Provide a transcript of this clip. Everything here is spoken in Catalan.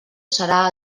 serà